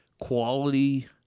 quality